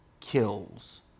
kills